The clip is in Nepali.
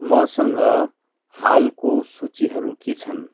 मसँग हालको सूचीहरू के छन्